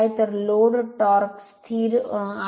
तर load torque स्थिर आहे